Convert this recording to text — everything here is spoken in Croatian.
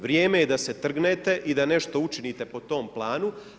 Vrijeme je da se trgnete i da nešto učinite po tom planu.